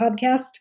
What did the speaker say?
podcast